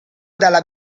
dalla